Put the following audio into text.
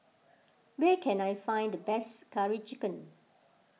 where can I find the best Curry Chicken